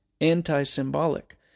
anti-symbolic